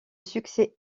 succès